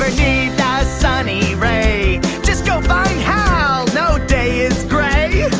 a sunny ray just go find hal, no day is gray